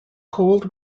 cold